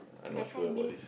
I not sure about this